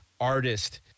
artist